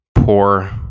Poor